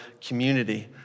community